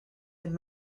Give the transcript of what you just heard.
and